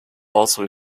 also